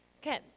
Okay